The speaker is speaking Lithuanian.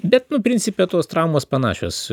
bet principe tos traumos panašios